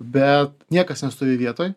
bet niekas nestovi vietoj